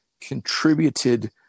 contributed